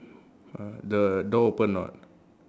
uh the door open or not